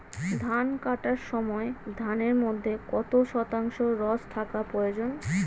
ধান কাটার সময় ধানের মধ্যে কত শতাংশ রস থাকা প্রয়োজন?